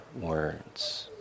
words